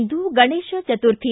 ಇಂದು Ganesh Chaturthi